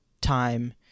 time